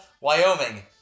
Wyoming